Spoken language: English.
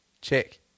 Check